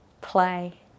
play